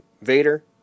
Vader